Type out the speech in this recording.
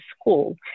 school